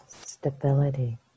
stability